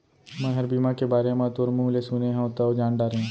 मैंहर बीमा के बारे म तोर मुँह ले सुने हँव तव जान डारेंव